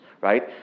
Right